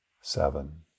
seven